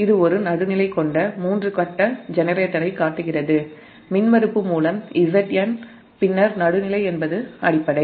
எனவே இது ஒரு நியூட்ரல் கொண்ட மூன்று கட்ட ஜெனரேட்டரைக் காட்டுகிறது பின்னர் ட்ரான்ஸ்ஃபார்மர் மூலம் Zn நியூட்ரல் என்பது அடிப்படை